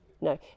no